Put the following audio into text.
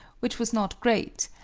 which was not great,